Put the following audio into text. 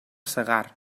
segart